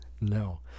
no